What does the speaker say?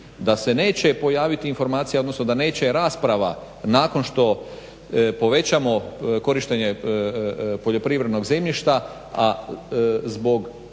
da se neće pojaviti informacija odnosno da neće rasprava nakon što povećamo korištenje poljoprivrednog zemljišta, a zbog